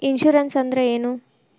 Insurance ಅಂದ್ರ ಏನು?